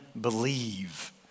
believe